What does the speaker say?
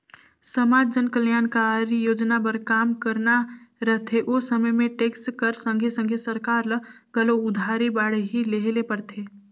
समाज जनकलयानकारी सोजना बर काम करना रहथे ओ समे में टेक्स कर संघे संघे सरकार ल घलो उधारी बाड़ही लेहे ले परथे